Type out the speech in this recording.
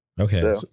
Okay